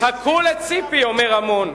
הגברת לבני, באמצעות רמון,